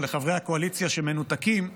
או לחברי הקואליציה שמנותקים: